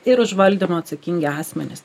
ir už valdymą atsakingi asmenys